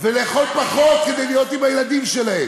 ולאכול פחות כדי להיות עם הילדים שלהן.